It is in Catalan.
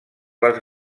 les